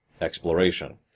exploration